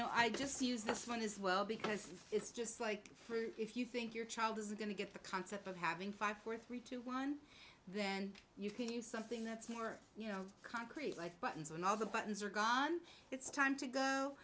know i just use this one as well because it's just like for you if you think your child is going to get the concept of having five four three two one then you can use something that's more concrete like buttons and all the buttons are gone it's time to go